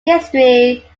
history